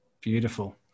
Beautiful